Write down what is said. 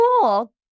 cool